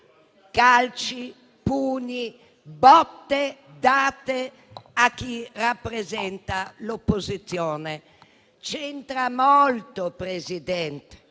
calci, pugni e botte date a chi rappresenta l'opposizione. C'entra molto, Presidente,